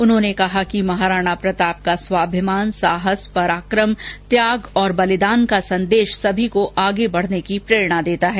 उन्होंने कहा कि महाराणा प्रताप का स्वाभिमान साहस पराक्रम त्याग और बलिदान का संदेश सभी को आगे बढ़ने की प्रेरणा देता है